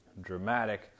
dramatic